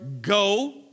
go